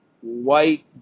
white